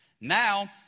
now